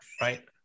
right